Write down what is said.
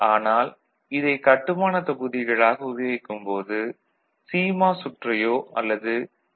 ஆனால் இதை கட்டுமானத் தொகுதிகளாக உபயோகிக்கும் போது சிமாஸ் சுற்றையோ அல்லது டி